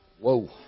Whoa